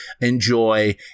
enjoy